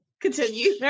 Continue